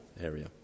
area